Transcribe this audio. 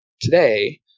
today